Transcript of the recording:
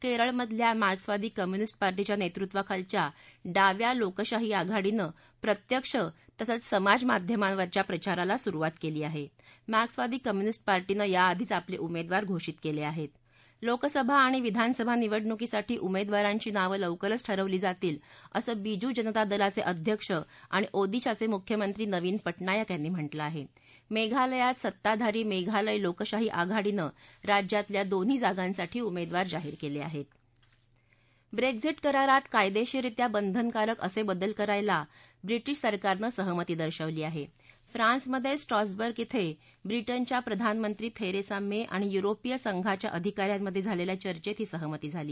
क्रळमधल्या मार्क्सवादी कम्युनिस्ट पार्टीच्या न्तूर्वाखालच्या डाव्या लोकशाही आघाडीनं प्रत्यक्ष तसंच समाजमाध्यमांवरच्या प्रचाराला सुरुवात कल्ली आह मार्क्सवादी कम्युनिस्ट पार्टीनं याआधीच आपलउमद्वार घोषीत कल्लआहत लोकसभा आणि विधानसभा निवडणुकीसाठी उमद्वारांची नावं लवकरच ठरवली जातील असं बीजु जनता दलाच ऊध्यक्ष आणि ओदिशाच मुख्यमंत्री नवीन पटनायक यांनी म्हटलं आह अध्यालयात सत्ताधारी मध्यालय लोकशाही आघाडीनं राज्यातल्या दोन्ही जागांसाठी उमध्यार जाहीर क्लिओही ब्रख्मिट करारात कायद्धीररित्या बंधनकारक असबिदल करायला ब्रिटिश सरकारनं सहमती दर्शवली आह फान्समधसिट्रॉसवर्ग ब्रिटनच्या प्रधानमंत्री थस्ती मञ्जाणि यूरोपीय संघाच्या अधिकाऱ्यांमधञ्जालखा चर्चेत ही सहमती झाली